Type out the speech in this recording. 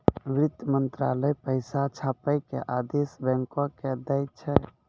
वित्त मंत्रालय पैसा छापै के आदेश बैंको के दै छै